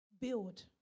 Build